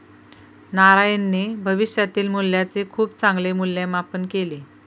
नारायणने भविष्यातील मूल्याचे खूप चांगले मूल्यमापन केले